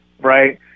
right